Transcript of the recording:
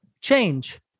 change